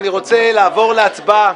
אני רוצה לעבור להצבעה